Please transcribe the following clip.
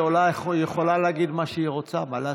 היא עולה, יכולה להגיד מה שהיא רוצה, מה לעשות.